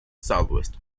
southwest